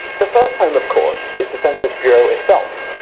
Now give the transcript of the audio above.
the first home of course, is the census bureau itself.